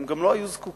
הם גם לא היו זקוקים,